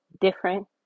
different